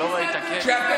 מי זה אתם?